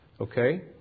Okay